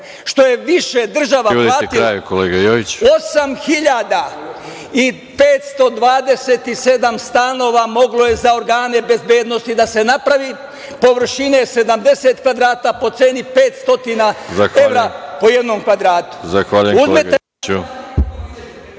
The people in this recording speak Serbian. što je više država platila, 8.527 stanova moglo je za organe bezbednosti da se napravi, površine 70 kvadrata po ceni 500 evra po jednom kvadratu.